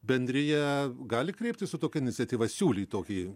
bendrija gali kreiptis su tokia iniciatyva siūlyt tokį